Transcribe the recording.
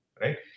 Right